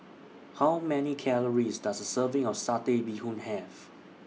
How Many Calories Does A Serving of Satay Bee Hoon Have